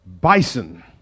Bison